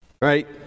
right